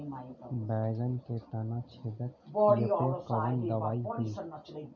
बैगन के तना छेदक कियेपे कवन दवाई होई?